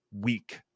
Week